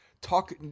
Talk